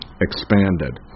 expanded